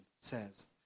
says